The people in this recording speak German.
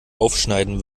aufschneiden